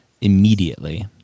immediately